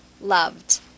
loved